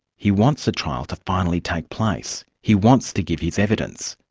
he wants the trial to finally take place, he wants to give his evidence,